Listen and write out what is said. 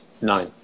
Nine